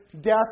death